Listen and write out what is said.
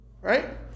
Right